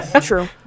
True